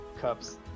cups